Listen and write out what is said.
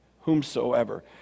Whomsoever